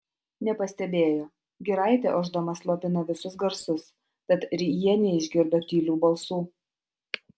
nepastebėjo giraitė ošdama slopina visus garsus tad ir jie neišgirdo tylių balsų